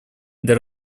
для